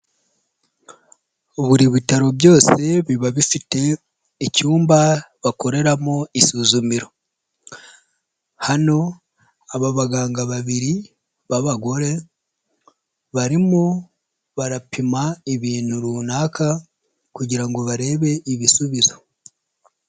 Buri bitaro byose biba bifite icyumba bakoreramo isuzumiro, hano aba baganga babiri b'abagore barimo barapima ibintu runaka kugira ngo barebe ibisubizo.